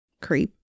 Creep